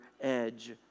edge